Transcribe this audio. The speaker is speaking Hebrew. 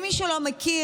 אם מישהו לא מכיר,